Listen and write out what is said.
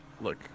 look